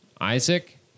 Isaac